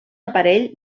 aparell